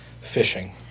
fishing